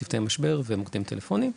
צוותי משבר ומוקדים טלפוניים.